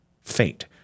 fate